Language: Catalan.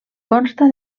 consta